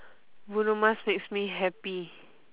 bruno mars makes me happy